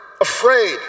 afraid